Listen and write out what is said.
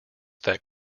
that